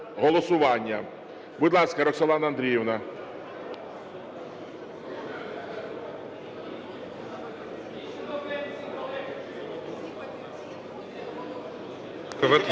Будь ласка, Роксолана Андріївна.